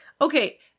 Okay